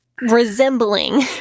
resembling